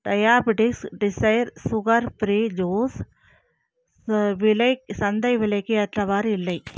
diabetics desire sugar free juice விலை சந்தை விலைக்கு ஏற்றவாறு இல்லை